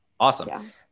Awesome